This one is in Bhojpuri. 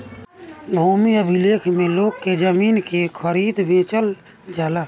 भूमि अभिलेख में लोग के जमीन के खरीदल बेचल जाला